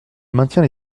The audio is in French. maintiens